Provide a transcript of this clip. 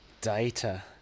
data